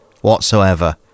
whatsoever